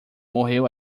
morreu